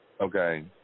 Okay